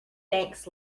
thanks